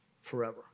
forever